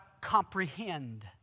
comprehend